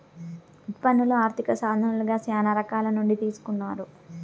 ఉత్పన్నాలు ఆర్థిక సాధనాలుగా శ్యానా రకాల నుండి తీసుకున్నారు